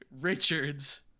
Richards